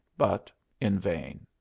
but in vain.